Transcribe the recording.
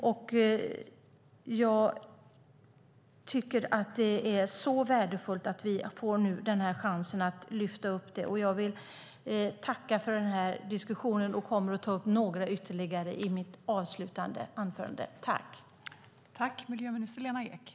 Jag tycker att det är så värdefullt att vi får den här chansen att lyfta upp detta. Jag vill tacka för den här diskussionen, och jag kommer att ta upp ytterligare några saker i mitt avslutande inlägg.